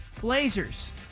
Blazers